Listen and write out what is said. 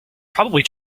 probably